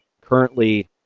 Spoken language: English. currently